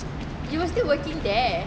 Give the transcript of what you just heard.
you were still working there